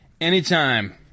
Anytime